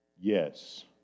Yes